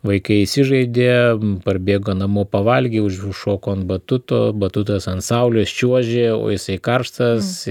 vaikai įsižaidė parbėgo namo pavalgė už užšoko ant batuto batutas ant saulės čiuožė o jisai karštas